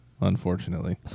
unfortunately